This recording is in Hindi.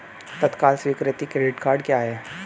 तत्काल स्वीकृति क्रेडिट कार्डस क्या हैं?